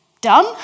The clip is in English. Done